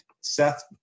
Seth